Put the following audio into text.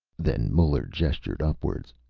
then muller gestured upwards.